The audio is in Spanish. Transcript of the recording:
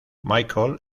michael